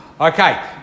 Okay